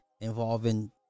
involving